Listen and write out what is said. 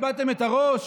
איבדתם את הראש?